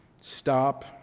stop